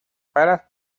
palas